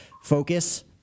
focus